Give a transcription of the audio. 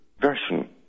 version